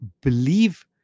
believe